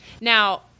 Now